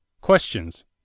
Questions